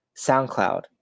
SoundCloud